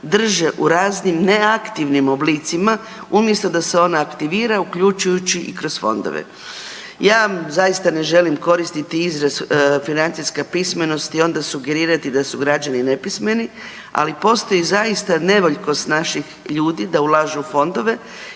drže u raznim neaktivnim oblicima umjesto da se ona aktivira uključujući i kroz fondove. Ja zaista ne želim koristiti izraz financijska pismenost i onda sugerirati da su građani nepismeni, ali postoji zaista nevoljkost naših ljudi da ulažu u fondove